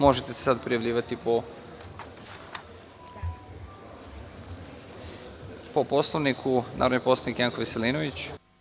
Možete se sada prijavljivati po Poslovniku Reč ima narodni poslanik Janko Veselinović.